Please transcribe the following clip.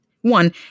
one